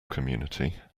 community